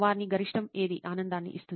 వారికి గరిష్ట ఏది ఆనందాన్ని ఇస్తుంది